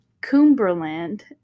Cumberland